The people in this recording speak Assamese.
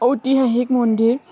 ঐতিহাসিক মন্দিৰ